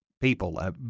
people